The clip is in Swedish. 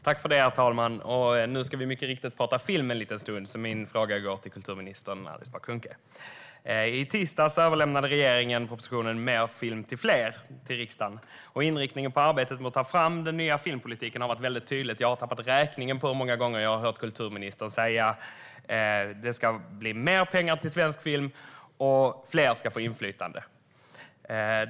Herr talman! Nu ska vi prata film en liten stund, så min fråga går till kulturminister Alice Bah Kuhnke. I tisdags överlämnade regeringen propositionen Mer film till fler till riksdagen. Inriktningen på arbetet med att ta fram den nya filmpolitiken har varit tydlig. Jag har tappat räkningen på hur många gånger jag har hört kulturministern säga att det ska bli mer pengar till svensk film och att fler ska få inflytande.